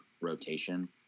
rotation